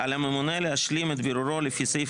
"על הממונה להשלים את בירורו לפי סעיף